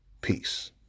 Peace